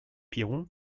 piron